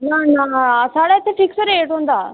ना ना साढ़ै इत्थै फिक्स रेट होंदा